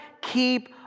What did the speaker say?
keep